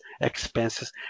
expenses